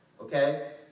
Okay